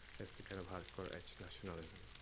as the kind of hardcore edge nationalism.